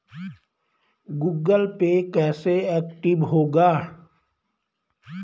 Google pay कैसे active होगा?